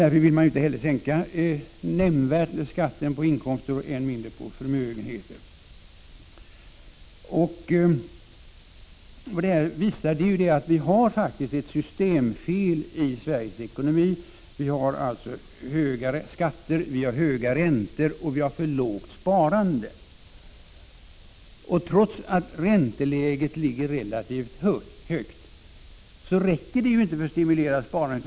Därför vill man inte heller nämnvärt sänka skatten på inkomster, och ännu mindre på förmögenheter. Vad det här visar är att vi faktiskt har ett systemfel i Sveriges ekonomi. Vi har alltså för höga skatter, höga räntor och för lågt sparande. Trots att ränteläget ligger relativt högt, räcker det inte till för att stimulera sparandet.